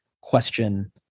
question